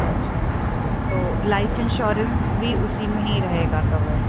اچھا اچھا تو لائف انشورنس بھی اسی میں ہی رہے گا کور